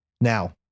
Now